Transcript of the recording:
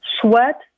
Sweat